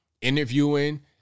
interviewing